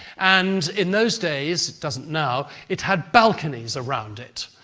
and in those days, it doesn't now, it had balconies around it,